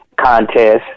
contest